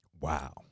Wow